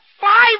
five